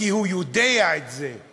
כי הוא יודע את זה.